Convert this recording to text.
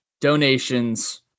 donations